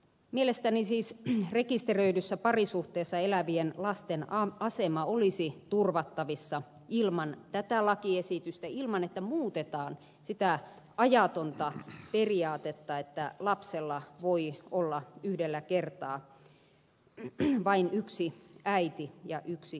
mielestäni siis rekisteröidyssä parisuhteessa elävien lasten asema olisi turvattavissa ilman tätä lakiesitystä ilman että muutetaan sitä ajatonta periaatetta että lapsella voi olla yhdellä kertaa vain yksi äiti ja yksi isä